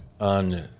on